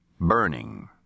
burning